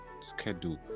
schedule